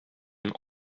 een